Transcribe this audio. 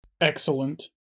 Excellent